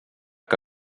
que